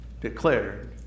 declared